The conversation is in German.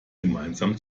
gemeinsam